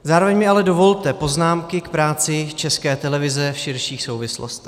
Zároveň mi ale dovolte poznámky k práci České televize v širších souvislostech.